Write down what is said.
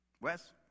Wes